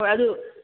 ꯍꯣꯏ ꯑꯗꯨ